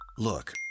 Look